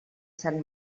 sant